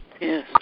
Yes